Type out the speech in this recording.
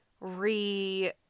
re